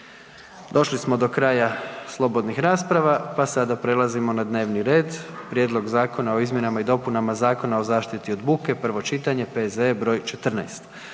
Došli smo do kraja slobodnih rasprava, pa sada prelazimo na dnevni red. - Prijedlog zakona o izmjenama i dopunama Zakona o zaštiti od buke, prvo čitanje, P.Z. br. 14